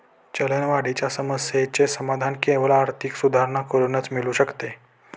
चलनवाढीच्या समस्येचे समाधान केवळ आर्थिक सुधारणा करूनच मिळू शकते